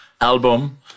album